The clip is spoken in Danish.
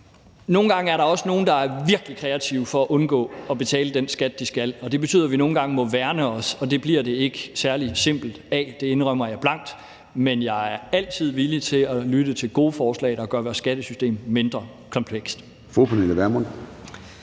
nogle gange er der også nogle, der er virkelig kreative i forsøget på at undgå at betale den skat, de skal, og det betyder, at vi nogle gange må værne os, og det bliver det ikke særlig simpelt af, det indrømmer jeg blankt. Men jeg er altid villig til at lytte til gode forslag, der gør vores skattesystem mindre komplekst.